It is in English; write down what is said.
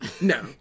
No